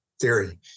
theory